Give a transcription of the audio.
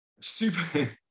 Super